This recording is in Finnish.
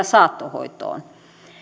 saattohoitoon